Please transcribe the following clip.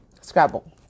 Scrabble